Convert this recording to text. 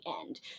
end